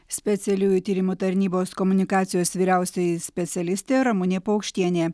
specialiųjų tyrimų tarnybos komunikacijos vyriausioji specialistė ramunė paukštienė